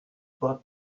pas